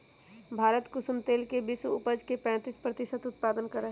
भारत कुसुम तेल के विश्व उपज के पैंतीस प्रतिशत उत्पादन करा हई